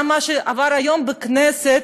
גם במה שעבר היום בכנסת,